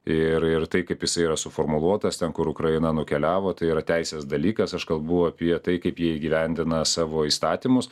ir ir tai kaip jisai yra suformuluotas ten kur ukraina nukeliavo tai yra teisės dalykas aš kalbu apie tai kaip jie įgyvendina savo įstatymus